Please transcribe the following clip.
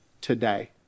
today